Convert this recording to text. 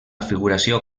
figuració